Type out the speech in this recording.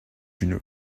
une